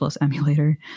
emulator